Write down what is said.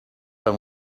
and